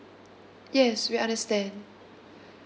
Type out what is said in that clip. yes we understand